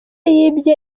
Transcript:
yibye